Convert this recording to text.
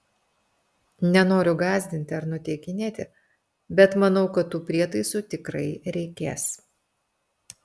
nenoriu gąsdinti ar nuteikinėti bet manau kad tų prietaisų tikrai reikės